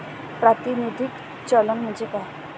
प्रातिनिधिक चलन म्हणजे काय?